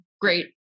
great